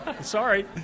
Sorry